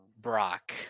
Brock